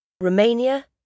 Romania